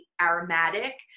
aromatic